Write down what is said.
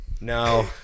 no